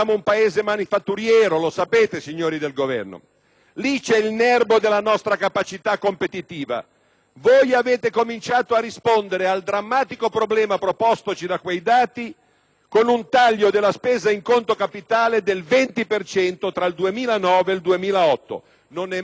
Voi avete cominciato a rispondere al drammatico problema propostoci da quei dati con un taglio della spesa in conto capitale del 20 per cento tra il 2009 e il 2008: non è mai stato operato un taglio di queste dimensioni nella spesa in conto capitale nella storia della Repubblica italiana!